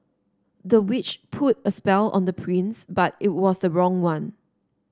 the witch put a spell on the prince but it was the wrong one